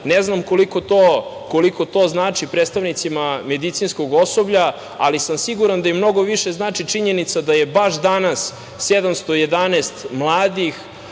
ne znam koliko to znači predstavnicima medicinskog osoblja, ali sam siguran da im mnogo više znači činjenica da je baš danas 711 mladih